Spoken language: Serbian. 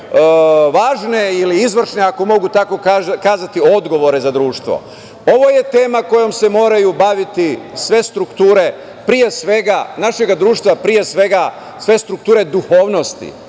važne ili izvršne, ako mogu tako kazati, odgovore za društvo. Ovo je tema kojom se moraju baviti sve strukture našeg društva, pre svega strukture duhovnosti